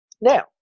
now